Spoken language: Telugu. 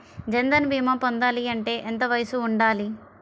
జన్ధన్ భీమా పొందాలి అంటే ఎంత వయసు ఉండాలి?